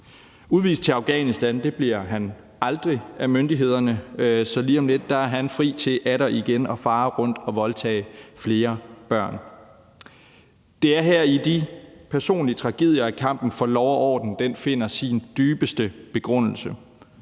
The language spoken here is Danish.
Udvist til Afghanistan bliver han aldrig af myndighederne, så lige om lidt er han fri til atter igen at fare rundt og voldtage flere børn. Det er her i de personlige tragedier, at kampen for lov og orden finder sin dybeste begrundelse.